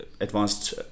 advanced